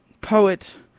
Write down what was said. poet